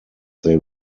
they